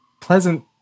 pleasant